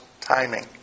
timing